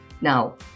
Now